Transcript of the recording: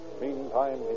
Meantime